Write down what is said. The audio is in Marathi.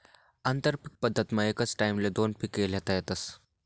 आंतरपीक पद्धतमा एकच टाईमले दोन पिके ल्हेता येतस